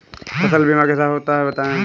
फसल बीमा कैसे होता है बताएँ?